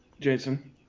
Jason